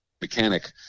mechanic